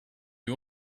you